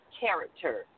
character